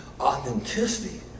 Authenticity